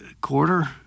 quarter